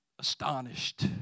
Astonished